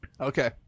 Okay